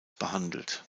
behandelt